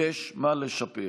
יש מה לשפר.